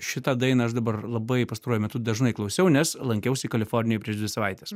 šitą dainą aš dabar labai pastaruoju metu dažnai klausiau nes lankiausi kalifornijoj prieš dvi savaites